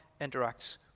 interacts